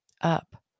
Up